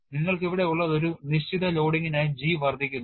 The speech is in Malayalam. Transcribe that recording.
നിങ്ങൾക്ക് ഇവിടെ ഉള്ളത് ഒരു നിശ്ചിത ലോഡിംഗിനായി G വർദ്ധിക്കുന്നു